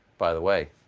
by the way,